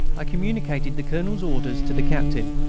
i communicated the colonel's orders to the captain,